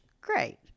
great